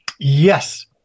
Yes